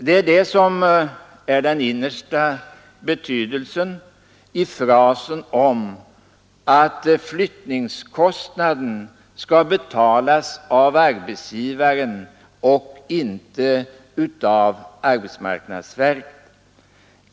Det är detta som är den innersta betydelsen i frasen om att flyttningskostnaden skall betalas av arbetsgivaren och inte av arbetsmarknadsverket.